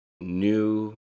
new